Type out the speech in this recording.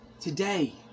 today